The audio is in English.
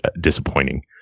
disappointing